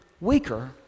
weaker